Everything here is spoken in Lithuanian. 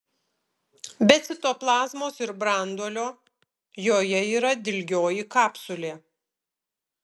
be citoplazmos ir branduolio joje yra dilgioji kapsulė